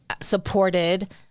supported